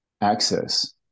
access